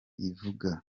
ivuga